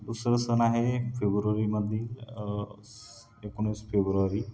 दुसरं सण आहे फेबुर्वारीमधील स् एकोणीस फेबुर्वारी